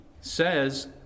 says